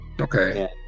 Okay